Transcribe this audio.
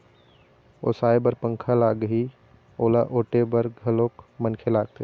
ओसाय बर पंखा लागही, ओला ओटे बर घलोक मनखे लागथे